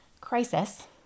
crisis